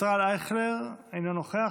ישראל אייכלר, אינו נוכח.